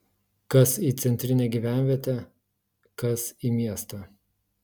kas į centrinę gyvenvietę kas į miestą